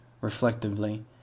reflectively